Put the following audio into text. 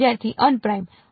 વિદ્યાર્થી અપ્રાઈમ્ડ